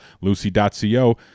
Lucy.co